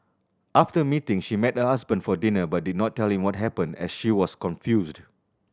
after the meeting she met her husband for dinner but did not tell him what happened as she was confused